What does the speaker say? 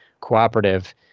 cooperative